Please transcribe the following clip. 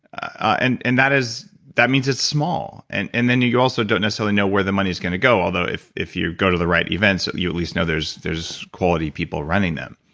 and and that that means it's small. and and then you you also don't necessarily know where the money's going to go, although if if you go to the right events, you at least know there's there's quality people renting them